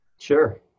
Sure